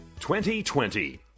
2020